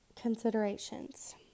considerations